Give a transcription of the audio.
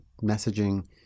messaging